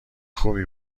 خوبی